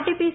ടിപിസി